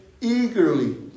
eagerly